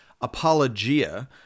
apologia